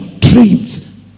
dreams